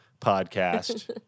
podcast